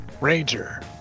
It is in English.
Ranger